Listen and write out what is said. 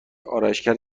آرایشگرت